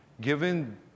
given